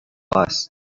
است